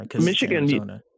Michigan